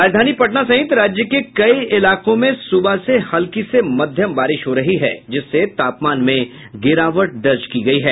राजधानी पटना सहित राज्य के कई इलाकों में सुबह से हल्की से मध्यम बारिश हो रही है जिससे तापमान में गिरावट दर्ज किया गया है